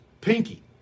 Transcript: pinky